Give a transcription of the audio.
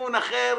לכיוון אחר,